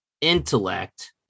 intellect